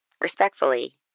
Respectfully